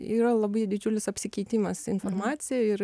yra labai didžiulis apsikeitimas informacija ir